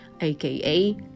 aka